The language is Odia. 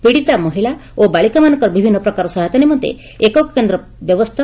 ପୀଡ଼ିତା ମହିଳା ଓ ବାଳିକାମାନଙ୍କର ବିଭିନୁ ପ୍ରକାର ସହାୟତା ନିମନ୍ତେ ଏକକ କେନ୍ଦ୍ ବ୍ୟବସ୍ରୁ